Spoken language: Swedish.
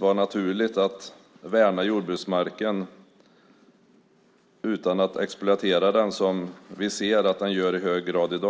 vara naturligt att värna jordbruksmarken i stället för att som i dag exploatera den, vilket vi kan se sker i hög grad.